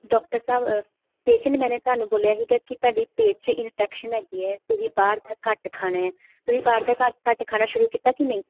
doctor ਸਾਹਿਬ specially ਮੈਨੇ ਤੁਹਾਨੂੰ ਬੋਲਿਆ ਸੀ ਕਿ ਤੁਹਾਡੀ ਪੇਟ 'ਚ ਇਨਫੈਕਸ਼ਨ ਹੈਗੀ ਹੈ ਤੁਸੀਂ ਬਾਹਰ ਦਾ ਘੱਟ ਖਾਣਾ ਤੁਸੀਂ ਬਾਹਰ ਦਾ ਘੱਟ ਖਾਣਾ ਸ਼ੁਰੂ ਕੀਤਾ ਕਿ ਨਹੀਂ